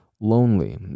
Lonely